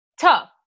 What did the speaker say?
tough